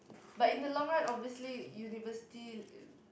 but in the long run obviously university